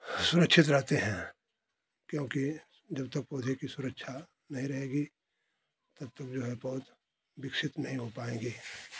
सुरक्षित रहते हैं क्योंकि जब तक पौधे की सुरक्षा नहीं रहेगी तब तक जो है पौध विकसित नहीं हो पाएँगे